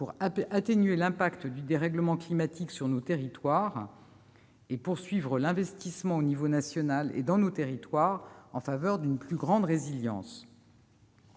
d'atténuer l'impact du dérèglement climatique sur nos territoires et poursuivre l'investissement, à l'échelon national et dans nos territoires, en faveur d'une plus grande résilience.